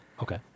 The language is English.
okay